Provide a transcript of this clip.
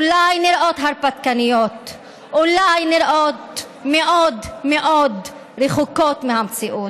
אולי נראות הרפתקניות ואולי נראות מאוד מאוד רחוקות מהמציאות.